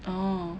oh